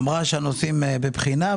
אמרה שהנושאים בבחינה,